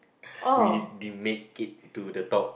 we didn't make it to the top